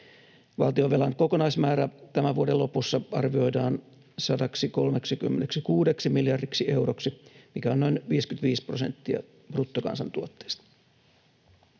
Valtionvelan kokonaismäärä tämän vuoden lopussa arvioidaan 136 miljardiksi euroksi, mikä on noin 55 prosenttia bruttokansantuotteesta.